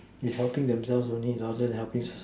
is helping themselves only rather than helping